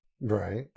Right